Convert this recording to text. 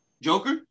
Joker